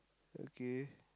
okay